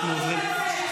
למה לא כתבת שהיא התנצלה,